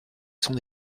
son